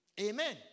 Amen